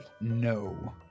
No